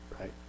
right